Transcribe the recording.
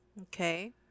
Okay